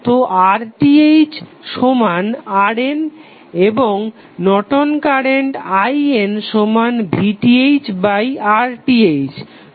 তো RTh সমান RN এবং নর্টন কারেন্ট IN সমান VThRTh